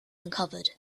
uncovered